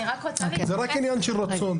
זה רק עניין של רצון.